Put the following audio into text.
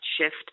shift